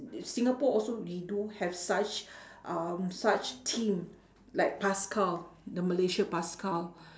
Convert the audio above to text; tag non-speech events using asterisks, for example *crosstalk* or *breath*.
*noise* singapore also they do have such *breath* um such team like paskal the malaysia paskal